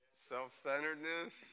self-centeredness